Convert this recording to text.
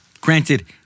Granted